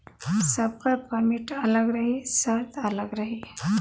सबकर परमिट अलग रही सर्त अलग रही